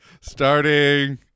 Starting